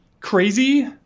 crazy